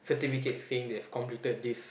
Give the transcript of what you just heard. certificate saying that've completed this